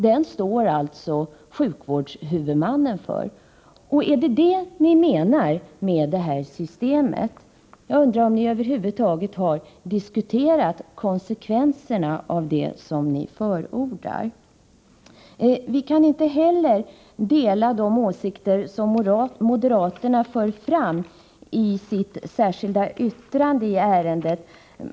Den står sjukvårdshuvudmannen för. Är det det ni avser med det systemet? Jag undrar om ni över huvud taget har diskuterat konsekvenserna av det som ni förordar. Inte heller delar vi de åsikter som moderaterna för fram i sitt särskilda yttrande i ärendet.